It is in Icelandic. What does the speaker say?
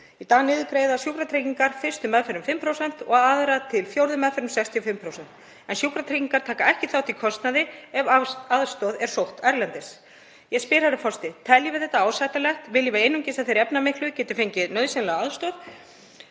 Í dag niðurgreiða Sjúkratryggingar fyrstu meðferð um 5% og aðra til fjórðu meðferð um 65% en taka ekki þátt í kostnaði ef aðstoð er sótt erlendis. Ég spyr, herra forseti: Teljum við það ásættanlegt? Viljum við einungis að þeir efnamiklu geti fengið nauðsynlega aðstoð?